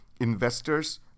investors